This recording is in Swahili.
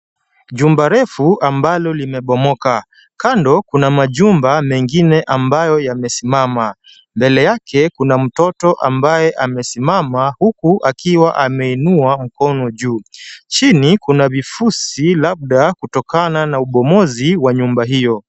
Jumba refu ambalo limebomoka. Kando kuna majumba mengine ambayo yamesimama. Mbele yake kuna mtoto ambaye amesimama huku akiwa ameinua mkono juu. Chini kuna vifusi labda kutokana na ubomozi wa nyumba hiyo.